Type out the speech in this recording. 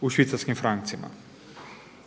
u švicarskim francima.